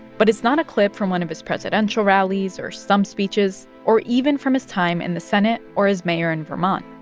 but it's not a clip from one of his presidential rallies or stump speeches or even from his time in the senate or as mayor in vermont.